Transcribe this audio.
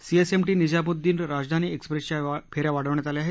CSMT Nizamuddin Rajdhani एक्स्प्रेसच्या फेऱ्या वाढवण्यात आल्या आहेत